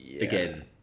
again